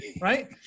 Right